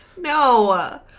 No